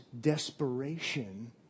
desperation